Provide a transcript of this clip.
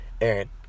Aaron